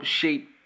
shape